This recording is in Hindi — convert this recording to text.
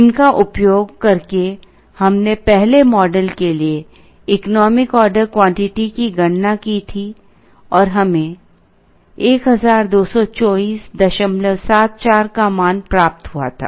इनका उपयोग करके हमने पहले मॉडल के लिए इकोनॉमिक ऑर्डर क्वांटिटी की गणना की थी और हमें 122474 का मान प्राप्त हुआ था